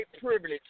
privilege